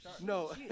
No